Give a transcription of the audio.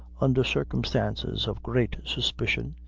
under circumstances of great suspicion,